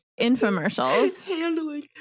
infomercials